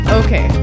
okay